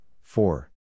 four